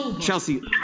Chelsea